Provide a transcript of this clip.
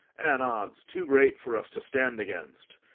an odds too great for us to stand against.